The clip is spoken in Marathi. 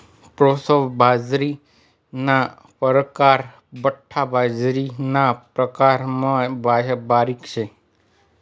प्रोसो बाजरीना परकार बठ्ठा बाजरीना प्रकारमा बारीक शे